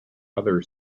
other